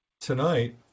Tonight